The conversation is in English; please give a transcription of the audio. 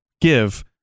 give